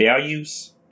values